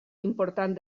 important